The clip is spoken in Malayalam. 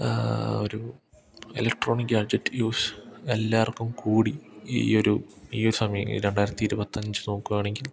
ഒരു ഇലക്ട്രോണിക് ഗാഡ്ജെറ്റ് യൂസ് എല്ലാവർക്കും കൂടി ഈ ഒരു ഈ സമയം രണ്ടായിരത്തി ഇരുപത്തിയഞ്ച് നോക്കുകയാണെങ്കിൽ